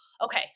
okay